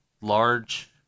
large